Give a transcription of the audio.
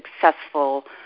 successful